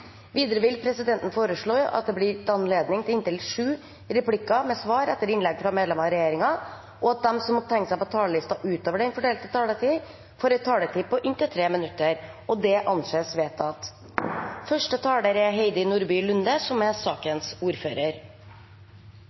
Videre vil presidenten foreslå at det blir gitt anledning til inntil sju replikker med svar etter innlegg fra medlemmer av regjeringen, og at de som måtte tegne seg på talerlisten utover den fordelte taletid, får en taletid på inntil 3 minutter. – Det anses vedtatt.